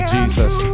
Jesus